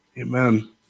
Amen